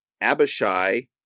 Abishai